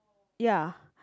ya